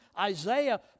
Isaiah